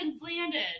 landed